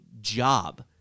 job